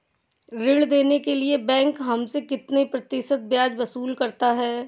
ऋण देने के लिए बैंक हमसे कितना प्रतिशत ब्याज वसूल करता है?